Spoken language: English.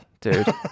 dude